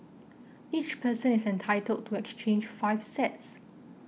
each person is entitled to exchange five sets